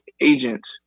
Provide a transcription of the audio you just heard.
agent